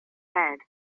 head